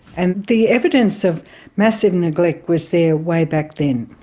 and the evidence of massive neglect was there way back then.